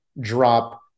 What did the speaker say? drop